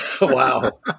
Wow